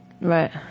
Right